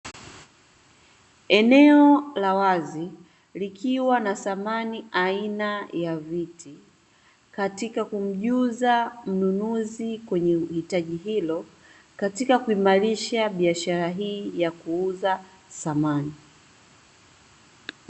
Eneo la wazi, likiwa na samani aina ya viti katika kumjuza mnunuzi kwenye uhitaji hilo, katika kuimarisha biashara hii ya kuuza samani.